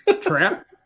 Trap